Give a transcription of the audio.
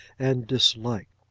and dislike.